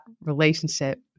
relationship